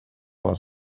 les